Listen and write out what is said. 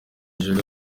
jolly